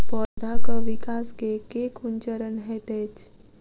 पौधाक विकास केँ केँ कुन चरण हएत अछि?